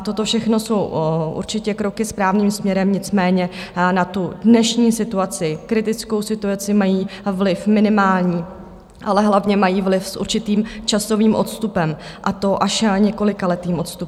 Toto všechno jsou určitě kroky správným směrem, nicméně na dnešní situaci, kritickou situaci mají vliv minimální, ale hlavně mají vliv s určitým časovým odstupem, a to až několikaletým odstupem.